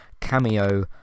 cameo